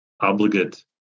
obligate